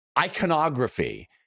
Iconography